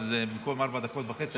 אז במקום ארבע דקות וחצי,